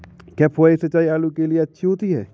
क्या फुहारी सिंचाई आलू के लिए अच्छी होती है?